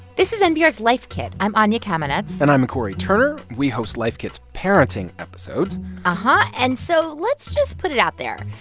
this is npr's life kit. i'm anya kamenetz and i'm cory turner. we host life kit's parenting episodes um ah and so let's just put it out there.